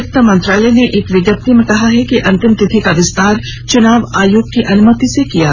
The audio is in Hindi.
वित्त मंत्रालय ने एक विज्ञप्ति में कहा है कि अंतिम तिथि का विस्तार चुनाव आयोग की अनुमति से किया गया है